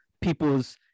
people's